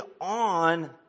on